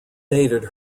dated